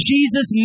Jesus